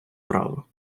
право